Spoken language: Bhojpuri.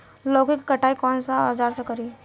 लौकी के कटाई कौन सा औजार से करी?